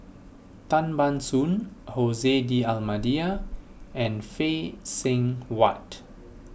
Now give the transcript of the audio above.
Tan Ban Soon Jose D'Almeida and Phay Seng Whatt